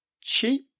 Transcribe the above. cheap